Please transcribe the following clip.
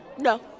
No